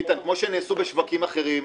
ביטן, כמו שנעשה בשווקים אחרים,